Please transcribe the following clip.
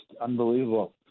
unbelievable